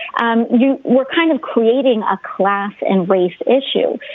and you were kind of creating a class and race issue.